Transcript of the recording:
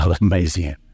amazing